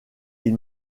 ils